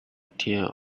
tear